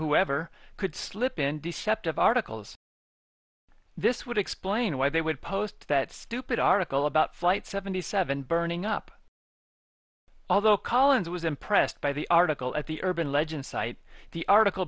whoever could slip in deceptive articles this would explain why they would post that stupid article about flight seventy seven burning up although collins was impressed by the article at the urban legends site the article